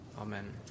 Amen